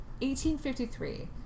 1853